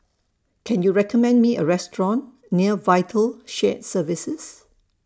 Can YOU recommend Me A Restaurant near Vital Shared Services